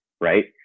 right